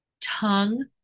tongue